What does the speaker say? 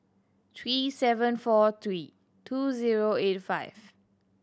three seven four three two zero eight five